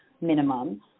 minimum